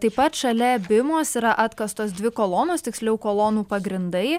taip pat šalia bimos yra atkastos dvi kolonos tiksliau kolonų pagrindai